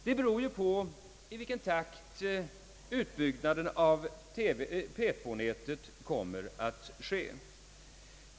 Det beror bl.a. på i vilken takt utbyggnaden av P 2-nätet kommer att ske.